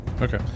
Okay